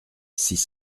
six